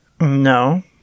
No